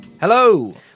hello